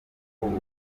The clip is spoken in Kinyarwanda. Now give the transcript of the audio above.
uburyo